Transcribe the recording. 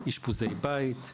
אשפוזי בית,